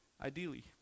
ideally